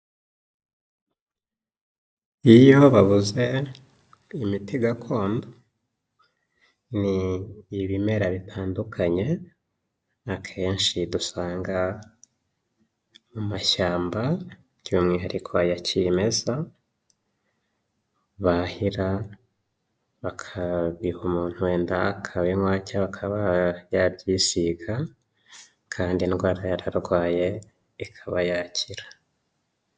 Iyo bavuze imiti gakondo: Ni ibimera bitandukanye akenshi dusanga mu mashyamba, by'umwihariko aya kimeza, bahira bakabiha umuntu wenda akabinywa cyangwa akaba yabyisiga, kandi indwara yari arwaye ikaba yakira.